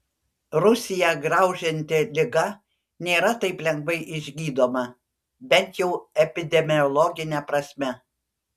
rusiją graužianti liga nėra taip lengvai išgydoma bent jau epidemiologine prasme